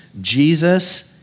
Jesus